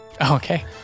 Okay